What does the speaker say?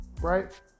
right